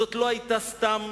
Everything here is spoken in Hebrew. זאת לא היתה סתם